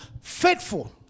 faithful